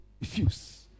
refuse